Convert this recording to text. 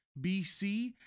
BC